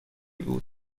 بود